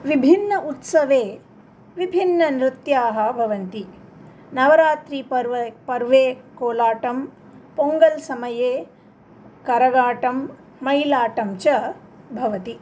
विभिन्न उत्सवे विभिन्न नृत्याः भवन्ति नवरात्रिपर्वे पर्वे कोलाटं पोङ्गल्समये करगाटं मैलाटं च भवति